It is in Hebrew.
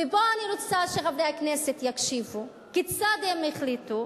ופה אני רוצה שחברי הכנסת יקשיבו כיצד הם החליטו,